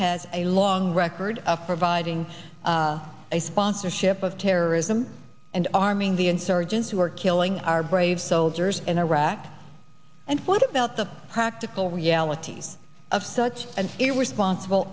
has a long record of providing a sponsorship of terrorism and arming the insurgents who are killing our brave soldiers in iraq and for the about the practical realities of such an it were sponsible